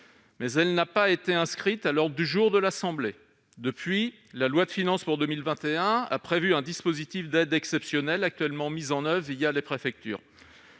mais elle n'a pas été inscrite à l'ordre du jour de l'Assemblée nationale ! Depuis, la loi de finances pour 2021 a prévu un dispositif d'aide exceptionnel, actuellement mis en oeuvre les préfectures.